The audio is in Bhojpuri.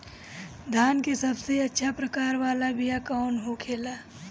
धान के सबसे अच्छा प्रकार वाला बीया कौन होखेला?